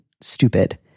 stupid